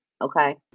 Okay